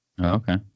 Okay